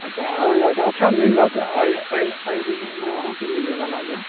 अच्छा आहाँ आर के च्छा मिलत एहि एहि एहि रिजिनमे अहूँकेँ मिलै बला यऽ